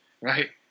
right